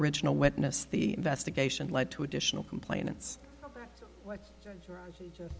original witness the investigation led to additional